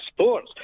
sports